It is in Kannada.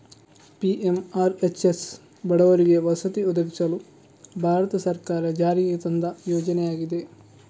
ಪಿ.ಎಂ.ಆರ್.ಹೆಚ್.ಎಸ್ ಬಡವರಿಗೆ ವಸತಿ ಒದಗಿಸಲು ಭಾರತ ಸರ್ಕಾರ ಜಾರಿಗೆ ತಂದ ಯೋಜನೆಯಾಗಿದೆ